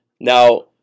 Now